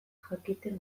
jakiten